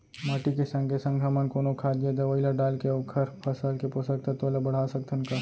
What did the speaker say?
माटी के संगे संग हमन कोनो खाद या दवई ल डालके ओखर फसल के पोषकतत्त्व ल बढ़ा सकथन का?